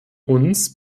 uns